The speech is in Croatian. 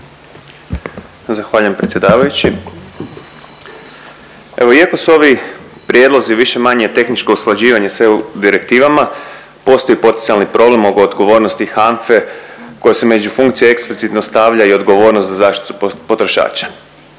Zahvaljujem predsjedavajući. Evo iako su ovi prijedlozi više-manje tehničko usklađivanje s EU direktivama postoji potencijalni problem oko odgovornosti HANFA-e koja se među funkcije eksplicitno stavlja i odgovornost za zaštitu potrošača.